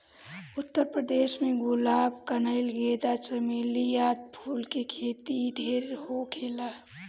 उत्तर प्रदेश में गुलाब, कनइल, गेंदा, चमेली आदि फूल के खेती ढेर होखेला